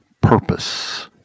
purpose